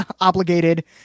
obligated